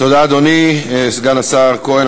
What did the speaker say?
תודה, אדוני סגן השר כהן.